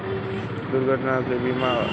दुर्घटना होने पर बीमा कंपनी आपका ईलाज कराती है